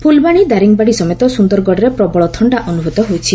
ଫୁଲବାଣୀ ଦାରିଙ୍ଗିବାଡ଼ି ସମେତ ସୁନ୍ଦରଗଡ଼ରେ ପ୍ରବଳ ଥଣା ଅନୁଭୂତ ହୋଇଛି